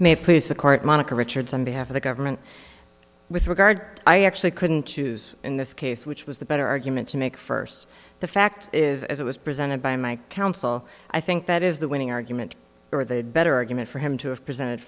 court monica richards on behalf of the government with regard i actually couldn't choose in this case which was the better argument to make first the fact is as it was presented by my counsel i think that is the winning argument or the better argument for him to have presented